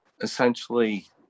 essentially